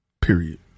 period